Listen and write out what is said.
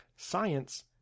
Science